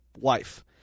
wife